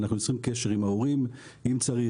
אנחנו יוצרים קשר עם ההורים אם צריך.